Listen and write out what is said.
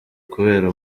kubera